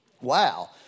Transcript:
Wow